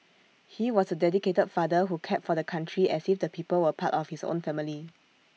he was A dedicated father who cared for the country as if the people were part of his own family